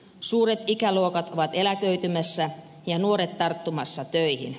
suuret ikäluokat ovat eläköitymässä ja nuoret tarttumassa töihin